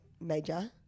major